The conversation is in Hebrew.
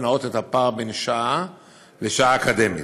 נאות את הפער בין שעה לשעה אקדמית.